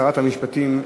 שרת המשפטים,